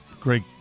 Great